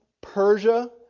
Persia